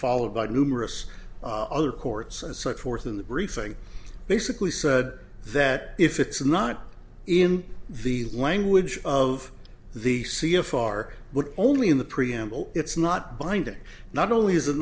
followed by numerous other courts and such forth in the briefing basically said that if it's not in the language of the c a far but only in the preamble it's not binding not only is it